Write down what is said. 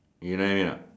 you know what I mean or not